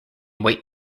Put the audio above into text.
weight